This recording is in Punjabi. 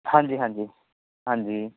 ਹਾਂਜੀ ਹਾਂਜੀ ਹਾਂਜੀ